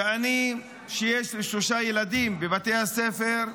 ואני, שיש לי שלושה ילדים בבתי הספר,